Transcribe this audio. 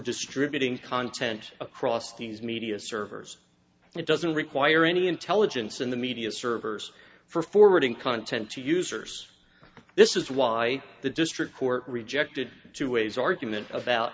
distributing content across these media servers and it doesn't require any intelligence in the media servers for forwarding content to users this is why the district court rejected two ways argument about